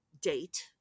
date